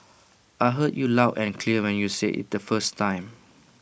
I heard you loud and clear when you said IT the first time